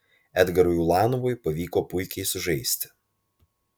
edgarui ulanovui pavyko puikiai sužaisti